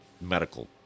medical